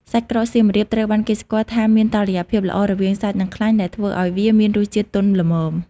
សាច់ក្រកសៀមរាបត្រូវបានគេស្គាល់ថាមានតុល្យភាពល្អរវាងសាច់ និងខ្លាញ់ ដែលធ្វើឱ្យវាមានរសជាតិទន់ល្មម។